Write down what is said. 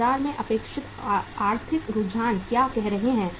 बाजार में अपेक्षित आर्थिक रुझान क्या कह रहे हैं